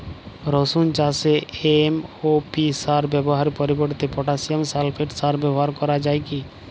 রসুন চাষে এম.ও.পি সার ব্যবহারের পরিবর্তে পটাসিয়াম সালফেট সার ব্যাবহার করা যায় কি?